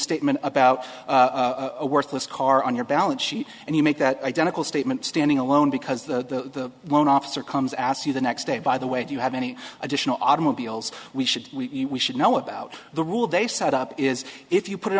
misstatement about a worthless car on your balance sheet and you make that identical statement standing alone because the loan officer comes ask you the next day by the way do you have any additional automobiles we should we should know about the rule they set up is if you put it